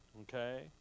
Okay